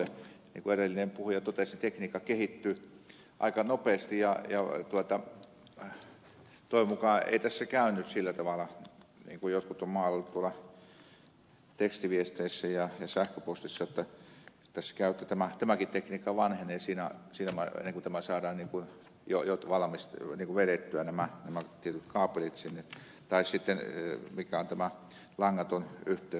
niin kuin edellinen puhuja totesi tekniikka kehittyy aika nopeasti ja toivon mukaan ei tässä käy nyt sillä tavalla niin kuin jotkut ovat maalailleet tuolla tekstiviesteissä ja sähköpostissa jotta tämäkin tekniikka vanhenee siinä ennen kuin saadaan vedettyä nämä tietyt kaapelit sinne tai tämä langaton yhteys sitten